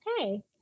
Okay